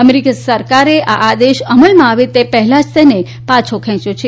અમેરિકી સરકારે આ આદેશ અમલમાં આવે તે પહેલાં જ તેને પાછો ખેંચ્યો છે